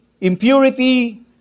impurity